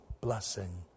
blessing